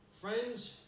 friends